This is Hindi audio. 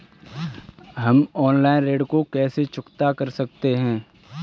हम ऑनलाइन ऋण को कैसे चुकता कर सकते हैं?